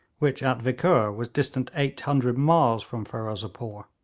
which at vikkur was distant eight hundred miles from ferozepore.